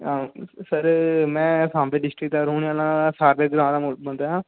आहो सर में सांबा डिस्ट्रिक्ट दा रौह्ने आह्ला सादे ग्रांऽ दा बंदा आं